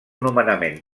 nomenament